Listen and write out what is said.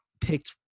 picked